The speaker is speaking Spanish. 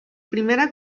primera